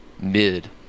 mid